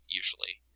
usually